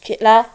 खेला